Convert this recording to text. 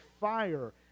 fire